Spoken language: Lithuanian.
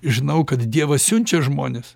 žinau kad dievas siunčia žmones